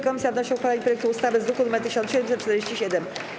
Komisja wnosi o uchwalenie projektu ustawy z druku nr 1747.